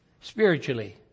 Spiritually